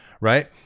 right